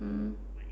mmhmm